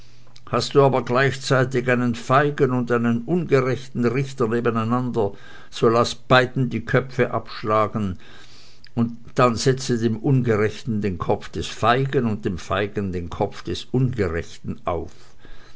hast du aber gleichzeitig einen feigen und einen ungerechten richter nebeneinander so laß beiden die köpfe abschlagen und dann setze dem ungerechten den kopf des feigen und dem feigen den kopf des ungerechten auf